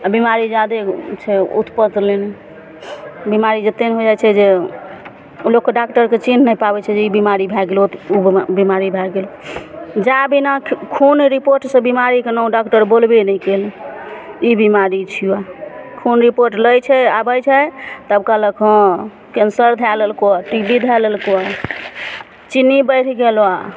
आ बिमारी जादे छै उतपऽत लेने बिमारी जेतेक ने हो जाइ छै जे लोकके डाक्टर चीन्ह नहि पाबै छै जे ई बिमारी भए गेलै तऽ ओ बिमारी भए गेल जा बिना खून रिपोर्ट सऽ बिमारीके नाम डाक्टर बोलबे नहि केलक ई बिमारी छियै खून रिपोर्ट लै छै आबै छै तब कहलक हँ कैंसर धए लेलको टी बी धए लेलको चिन्नी बढ़ि गेलो